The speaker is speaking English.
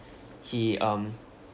he um